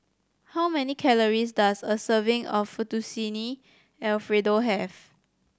how many calories does a serving of Fettuccine Alfredo have